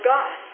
God